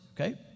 okay